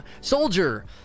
soldier